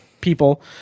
people